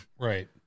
Right